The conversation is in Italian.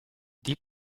deep